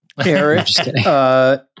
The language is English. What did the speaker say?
Eric